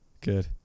Good